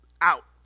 out